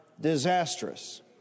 disastrous